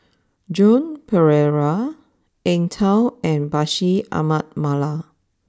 Joan Pereira Eng tow and Bashir Ahmad Mallal